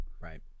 Right